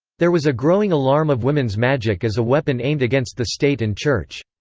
there was a growing alarm of women's magic as a weapon aimed against the state and church.